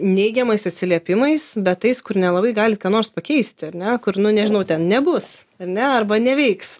neigiamais atsiliepimais bet tais kur nelabai galit ką nors pakeisti ar ne kur nu nežinau ten nebus ane arba neveiks